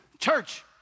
Church